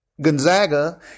Gonzaga